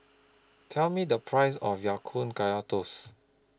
Tell Me The Price of Ya Kun Kaya Toast